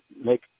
make